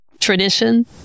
tradition